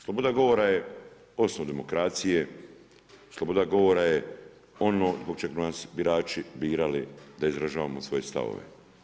Sloboda govora je osnov demokracije, sloboda govora je ono zbog čega su nas birači birali da izražavamo svoje stavove.